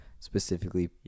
Specifically